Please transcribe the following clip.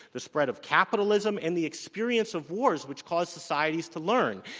the spread of capitalism, and the experience of wars which cause societies to learn.